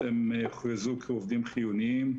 הם הוכרזו כעובדים חיוניים.